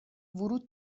ورود